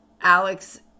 Alex